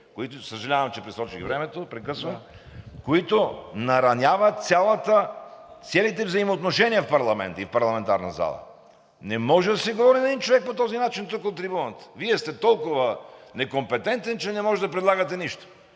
които – съжалявам, че пресрочих времето, прекъсвам – нараняват целите взаимоотношения в парламента и в парламентарната зала. Не може да се говори на един човек по този начин тук от трибуната: Вие сте толкова некомпетентен, че не можете да предлагате нищо.